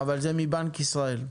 אבל זה מבנק ישראל?